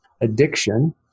addiction